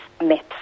myths